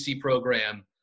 program